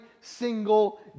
single